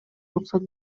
уруксат